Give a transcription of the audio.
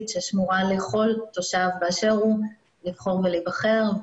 ששמורה לכל תושב באשר הוא לבחור ולהיבחר,